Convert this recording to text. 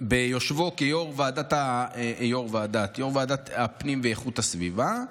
ביושבו כיו"ר ועדת הפנים ואיכות הסביבה,